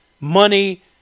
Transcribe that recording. money